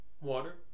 Water